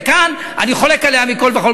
וכאן אני חולק עליה מכול וכול.